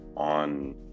on